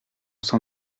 s’en